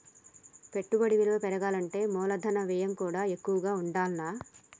పెట్టుబడి విలువ పెరగాలంటే మూలధన వ్యయం కూడా ఎక్కువగా ఉండాల్ల